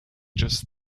just